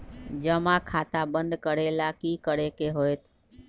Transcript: जमा खाता बंद करे ला की करे के होएत?